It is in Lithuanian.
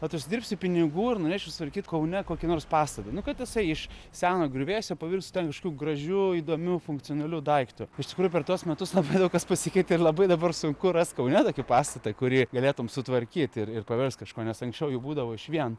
vat užsidirbsiu pinigų ir norėčiau sutvarkyt kaune kokį nors pastatą nu kad jisai iš seno griuvėsio pavirstų ten kažkokiu gražiu įdomiu funkcionaliu daiktu iš tikrųjų per tuos metus labai daug kas pasikeitė ir labai dabar sunku rast kaune tokį pastatą kurį galėtum sutvarkyt ir ir paverst kažkuo nes anksčiau jų būdavo išvien